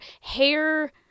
hair